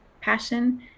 Passion